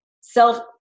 self